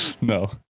No